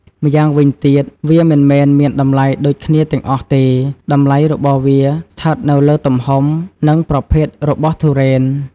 ម៉្យាងវិញទៀតវាមិនមែនមានតម្លៃដូចគ្នាទាំងអស់ទេ តម្លៃរបស់វាស្ថិតនៅលើទំហំ និងប្រភេទរបស់ទុរេន។